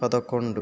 పదకొండు